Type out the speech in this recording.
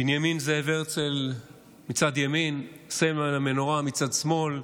בנימין זאב הרצל מצד ימין, סמל המנורה מצד שמאל,